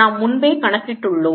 நாம் முன்பே கணக்கிட்டுள்ளோம்